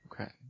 Okay